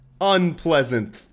unpleasant